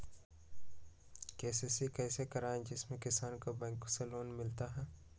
KCC कैसे कराये जिसमे किसान को बैंक से लोन मिलता है?